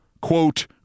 quote